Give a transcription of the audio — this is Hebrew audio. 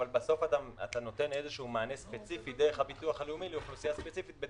אבל בסוף אתה נותן מענה ספציפי דרך הביטוח הלאומי לאוכלוסייה ספציפית.